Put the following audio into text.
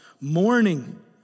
mourning